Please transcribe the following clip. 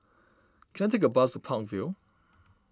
can I take a bus to Park Vale